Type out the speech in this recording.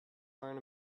learn